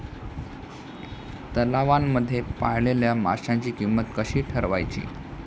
तलावांमध्ये पाळलेल्या माशांची किंमत कशी ठरवायची?